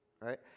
right